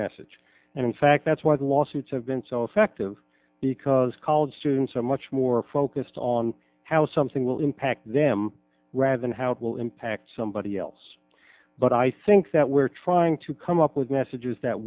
message and in fact that's why the lawsuits have been so effective because college students are much more focused on how something will impact them rather than how it will impact somebody else but i think that we're trying to come up with messages that